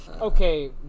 Okay